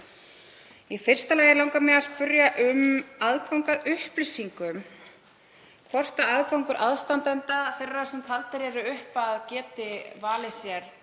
Í fyrsta lagi langar mig að spyrja um aðgang að upplýsingum, hvort aðgangur aðstandenda þeirra sem talið er upp að geti valið sér